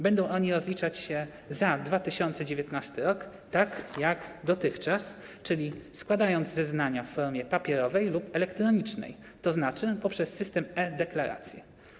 Będą oni rozliczać się za 2019 r. tak jak dotychczas, czyli składając zeznania w formie papierowej lub elektronicznej, tzn. poprzez system e-Deklaracje.